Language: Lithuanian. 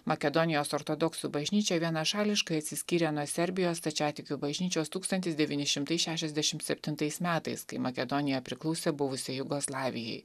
makedonijos ortodoksų bažnyčia vienašališkai atsiskyrė nuo serbijos stačiatikių bažnyčios tūkstantis devyni šimtai šešiasdešim septintais metais kai makedonija priklausė buvusiai jugoslavijai